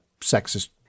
sexist